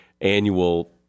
annual